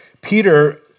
Peter